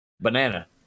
banana